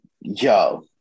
yo